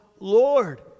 Lord